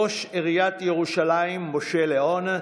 ראש עיריית ירושלים משה לאון,